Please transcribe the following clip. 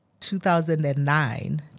2009